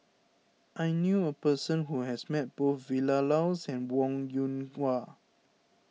I knew a person who has met both Vilma Laus and Wong Yoon Wah